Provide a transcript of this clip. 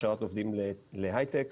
עובדים להייטק.